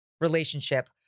relationship